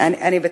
אני בטוחה.